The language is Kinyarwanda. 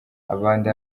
abandi